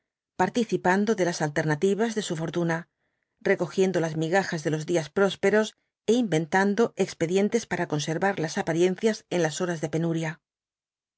participando de las alternativas de su fortuna recogiendo las migajas de los días prósperos é inventando expedientes para conservar las apariencias en las horas de penuria